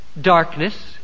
darkness